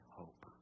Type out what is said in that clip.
hope